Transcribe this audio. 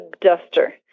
duster